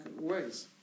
ways